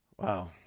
Wow